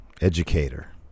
Educator